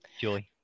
joy